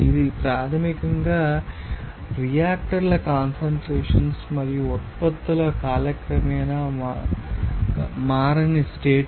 ఇది ప్రాథమికంగా రియాక్టర్ల కాన్సన్ట్రేషన్స్ మరియు ఉత్పత్తులు కాలక్రమేణా మారని స్టేట్